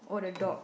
all the dog